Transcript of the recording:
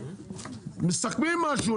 מסכמים משהו.